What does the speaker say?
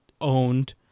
owned